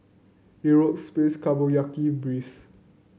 Euro space Breeze